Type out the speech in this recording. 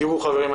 תראו חברים,